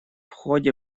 ходе